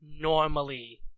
normally